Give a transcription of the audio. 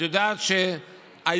את יודעת שהיום,